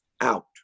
out